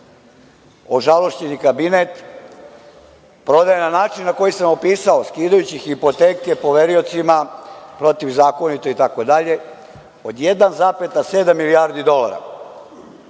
ožalošćeni kabinet prodaje na način koji sam opisao, skidajući hipoteke poveriocima, protivzakonito, itd. Od 1,7 milijardi dolara